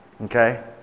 Okay